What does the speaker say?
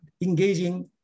engaging